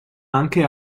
anche